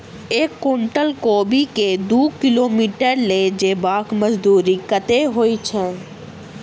एक कुनटल कोबी केँ दु किलोमीटर लऽ जेबाक मजदूरी कत्ते होइ छै?